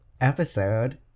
episode